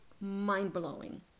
mind-blowing